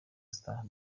star